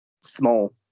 Small